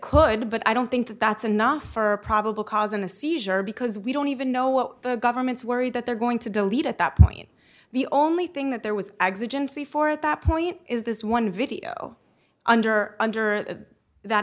could but i don't think that's enough for probable cause in a seizure because we don't even know what the government's worried that they're going to delete at that point the only thing that there was existence before at that point is this one video under under that